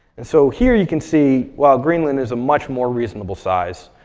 and so here you can see, wow, greenland is a much more reasonable size.